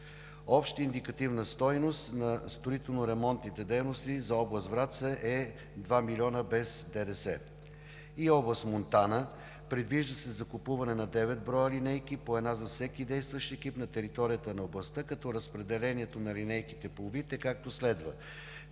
Общата индикативна стойност на строително-ремонтните дейности за област Враца е 2 милиона без ДДС. Област Монтана – предвижда се закупуване на девет броя линейки – по една за всеки действащ екип на територията на областта, като разпределението на линейките по вид е, както следва: